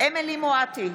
אמילי חיה מואטי,